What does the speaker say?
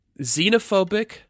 xenophobic